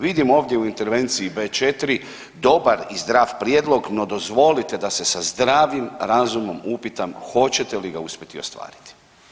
Vidimo ovdje u intervenciji B4 dobar i zdrav prijedlog, no dozvolite da se sa zdravim razumom upitam hoćete li ga uspjeti ostvariti?